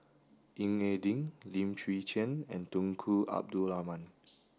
Ying E Ding Lim Chwee Chian and Tunku Abdul Rahman